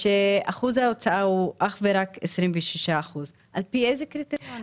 ואחוז ההוצאה הוא רק 26%. על פי איזה קריטריונים?